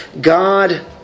God